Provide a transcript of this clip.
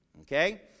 Okay